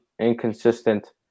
inconsistent